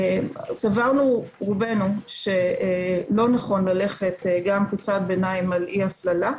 סברנו רובנו שלא נכון ללכת גם כצעד ביניים על אי הפללה.